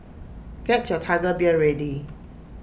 get your Tiger Beer ready